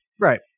right